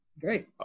great